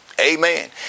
amen